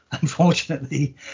unfortunately